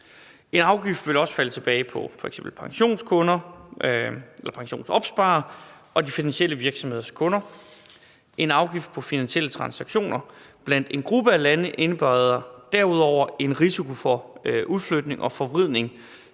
En afgift vil også falde tilbage på f.eks. pensionskunder eller pensionsopsparere og de finansielle virksomheders kunder. En afgift på finansielle transaktioner blandt en gruppe af lande indebærer derudover en risiko for udflytning og forvridning